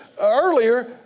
earlier